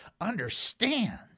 understand